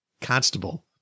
Constable